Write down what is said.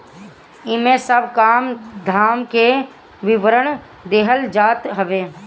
इमे सब काम धाम के विवरण देहल जात हवे